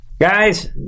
Guys